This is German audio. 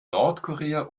nordkorea